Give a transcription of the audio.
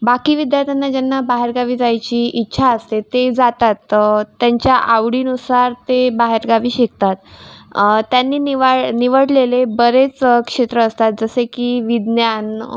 बाकी विद्यार्थ्यांना ज्यांना बाहेरगावी जायची इच्छा असते ते जातात त्यांच्या आवडीनुसार ते बाहेरगावी शिकतात त्यांनी निवाळ निवडलेले बरेच क्षेत्र असतात जसे की विज्ञान